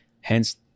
Hence